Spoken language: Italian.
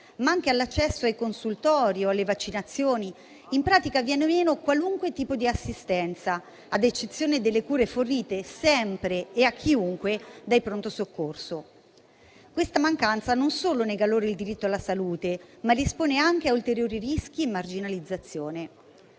ma anche all'accesso ai consultori o alle vaccinazioni. In pratica, viene meno qualunque tipo di assistenza, ad eccezione delle cure fornite sempre e a chiunque dai pronto soccorso. Questa mancanza non solo nega loro il diritto alla salute, ma li espone anche a ulteriori rischi di marginalizzazione.